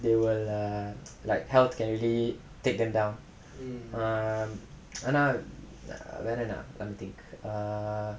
they will like health can really take them down err ஆனா வேற என்ன:aanaa vera enna let me think err